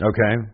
Okay